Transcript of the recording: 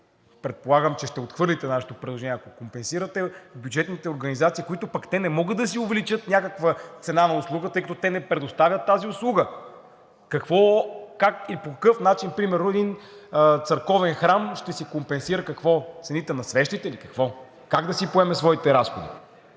предполагам, че ще отхвърлите нашето предложение, ако компенсирате бюджетните организации, които не могат да си увеличат някаква цена на услугата, тъй като те не предоставят тази услуга. Какво, как и по какъв начин примерно един църковен храм ще си компенсира – с цените на свещите ли? Какво, как да си поеме своите разходи?